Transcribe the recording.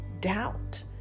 doubt